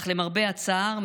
אך למרבה הצער,